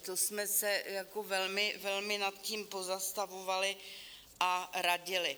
To jsme se jako velmi, velmi nad tím pozastavovali a radili.